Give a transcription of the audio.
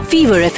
Fever